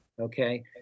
okay